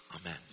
Amen